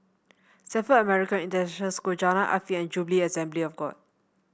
Stamford American International School Jalan Afifi and Jubilee Assembly of God